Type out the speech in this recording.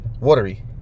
watery